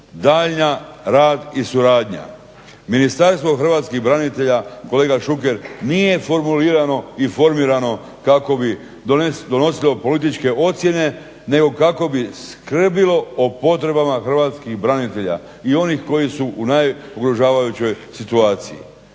daljnji rad i suradnja. Ministarstvo hrvatskih branitelja, kolega Šuker, nije formulirano i formirano kako bi donosilo političke ocjene nego kako bi skrbilo o potrebama hrvatskih branitelja i onih koji su u najugrožavajućoj situaciji.